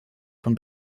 von